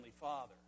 father